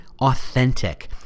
authentic